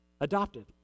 Adopted